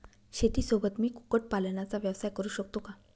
शेतीसोबत मी कुक्कुटपालनाचा व्यवसाय करु शकतो का?